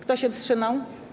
Kto się wstrzymał?